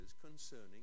concerning